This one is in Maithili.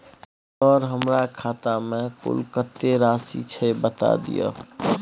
सर हमरा खाता में कुल कत्ते राशि छै बता दिय?